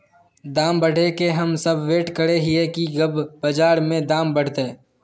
दाम बढ़े के हम सब वैट करे हिये की कब बाजार में दाम बढ़ते?